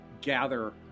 gather